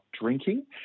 drinking